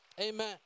Amen